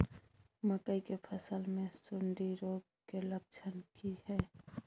मकई के फसल मे सुंडी रोग के लक्षण की हय?